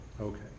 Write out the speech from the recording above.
Okay